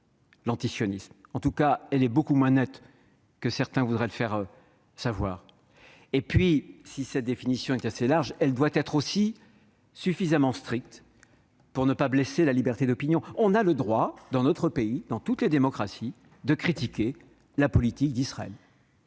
l'antisionisme. En tout cas, elle est beaucoup moins nette que certains ne voudraient le faire accroire. Si cette définition est conçue pour être assez large, elle doit être aussi suffisamment stricte pour ne pas blesser la liberté d'opinion : on a le droit, dans notre pays comme dans toutes les démocraties, de critiquer la politique d'Israël,